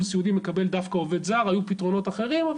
סיעודי מקבל דווקא עובד זר והיו פתרונות אחרים,